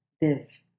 Div